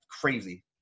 Crazy